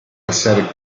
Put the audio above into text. passare